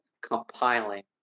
compiling